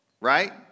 right